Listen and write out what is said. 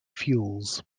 fuels